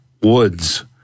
Woods